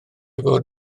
fod